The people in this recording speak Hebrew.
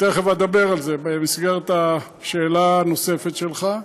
ותכף אדבר על זה, במסגרת השאלה הנוספת שלך,